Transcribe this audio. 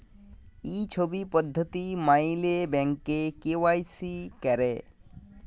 ই ছব পদ্ধতি ম্যাইলে ব্যাংকে কে.ওয়াই.সি ক্যরে